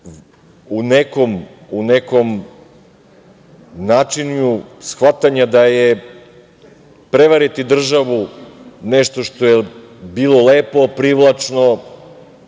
u nekom načinu shvatanja da je prevariti državu nešto što je bilo lepo, privlačno.